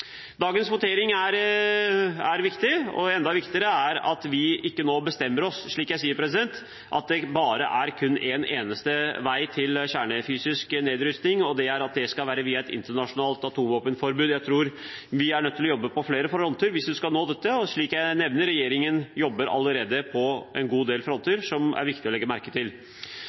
Dagens votering er viktig, og enda viktigere er det at vi ikke nå bestemmer oss, slik jeg sier, for at det er kun en eneste vei til kjernefysisk nedrustning, og det er at det skal være via et internasjonalt atomvåpenforbud. Jeg tror vi er nødt til å jobbe på flere fronter hvis vi skal nå dette, og slik jeg nevnte, jobber regjeringen allerede på en god del fronter som det er viktig å legge merke til.